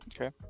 Okay